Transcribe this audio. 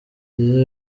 nziza